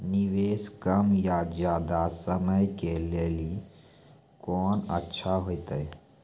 निवेश कम या ज्यादा समय के लेली कोंन अच्छा होइतै?